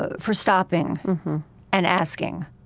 ah for stopping and asking,